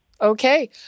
Okay